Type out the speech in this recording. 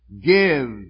give